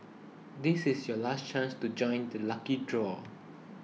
this is your last chance to join the lucky draw